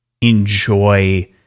enjoy